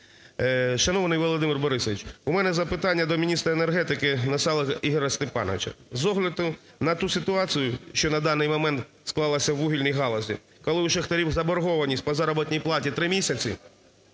Шановний Володимир Борисович, у мене запитання до міністра енергетики Насалика Ігоря Степановича. З огляду на ту ситуацію, що на даний момент склалася в вугільній галузі, коли у шахтарів заборгованість по заробітній платі три місяці,